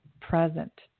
present